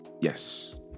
Yes